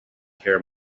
care